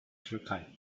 türkei